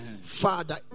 Father